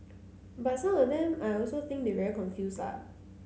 but some of them I also think they very confuse la